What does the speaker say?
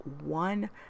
one